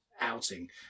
outing